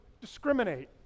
discriminate